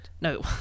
No